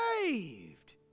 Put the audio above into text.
saved